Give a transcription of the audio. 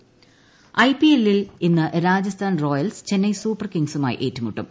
I P L I P എല്ലിൽ ഇന്ന് Rajasthan Royals Chennai super കിംഗ്സുമായി ഏറ്റുമുട്ടും